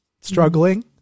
struggling